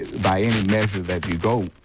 by any measure that you go